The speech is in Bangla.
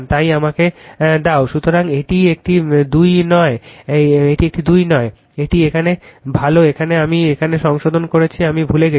তাই আমাকে দাও সুতরাং এটি একটি 2 নয় এটি এখানে ভাল এখানে আমি এখানে সংশোধন করেছি আমি ভুলে গেছি